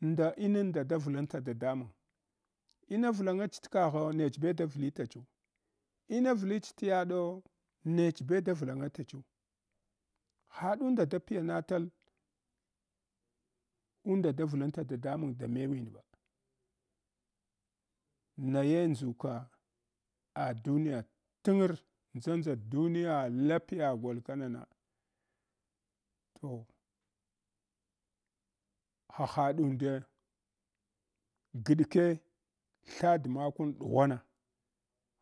Nda inanda davlanta dadamang ina vlangach e kagho nechbe da vlitachu ina vlich e’ yaɗo nechbe da vlana tachu haɗunda da piyanatal unda davlnta dadamang da mewin ba naye ndʒuka ah duniya tangr ndʒa duniya lapiya lapiya gol kana na toh hahaɗunde gaɗke thad makun ɗughwana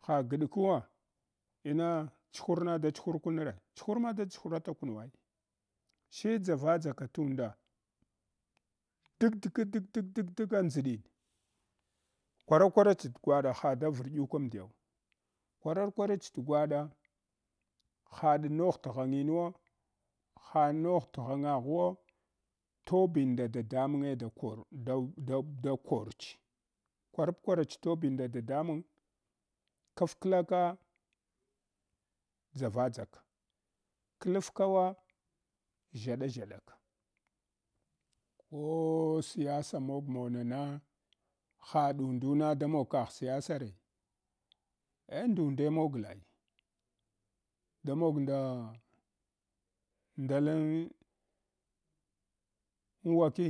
ha gaɗkuwa ina chuhurna da chuhurka re chuhurma da chuhurata kunwa ai she dgavadʒaka tunda dakdka dak dak dak daka ndʒɗin kwarakwa rats t’ gwada ha da vanggukam ndiyaw kwaran kwarch t’gwaɗa haɗ nogh t’ ghanginwo, ha nogh t' ghanyaghuwo tobin nda adamange da kor da dab da korch kwarapkwarach tobin nda dadamang kafkla ka dʒavadʒak wafka wa ʒshaɗa ʒshaɗak. Ko siyasa mog mawa na na haɗundu na da mog kagh siyasa re eh ndunde moglai da mog nda nda lan uwaki?